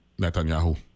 Netanyahu